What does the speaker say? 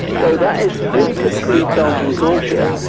so that is very typically belgian culture,